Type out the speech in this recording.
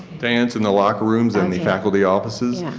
dance and the locker rooms and the faculty offices.